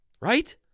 Right